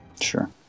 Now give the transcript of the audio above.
Sure